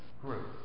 group